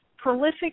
prolific